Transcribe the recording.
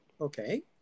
Okay